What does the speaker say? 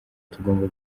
tugomba